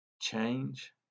change